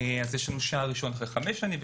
יש שער ראשון אחרי 5 שנים,